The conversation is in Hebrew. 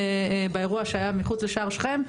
באירוע שהיה מחוץ לשער שכם,